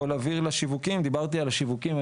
דיברתי על השיווקים.